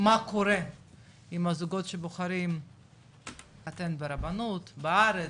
מה קורה עם הזוגות שבוחרים להתחתן ברבנות, בארץ,